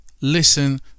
listen